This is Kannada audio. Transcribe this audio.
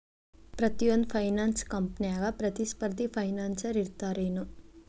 ಪ್ರತಿಯೊಂದ್ ಫೈನಾನ್ಸ ಕಂಪ್ನ್ಯಾಗ ಪ್ರತಿಸ್ಪರ್ಧಿ ಫೈನಾನ್ಸರ್ ಇರ್ತಾರೆನು?